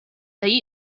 they